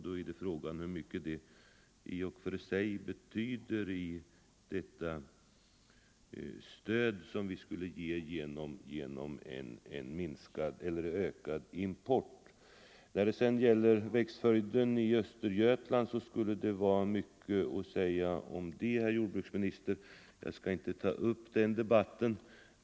Då är frågan hur mycket detta i och för sig betyder när det gäller det stöd som vi skulle ge genom en ökad import. Beträffande växtföljden i Östergötland skulle det vara mycket att säga, herr jordbruksminister. Jag skall emellertid inte ta upp den debatten.